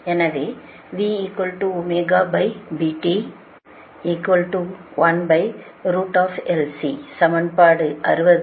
எனவே சமன்பாடு 60